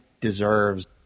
deserves